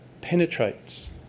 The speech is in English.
penetrates